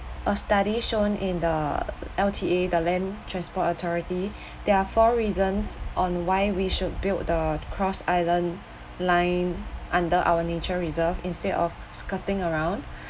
a study shown in the L_T_A the land transport authority there are four reasons on why we should build the cross island line under our nature reserve instead of skirting around